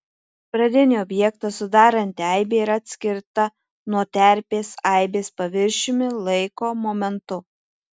pradinį objektą sudaranti aibė yra atskirta nuo terpės aibės paviršiumi laiko momentu